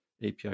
API